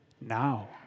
Now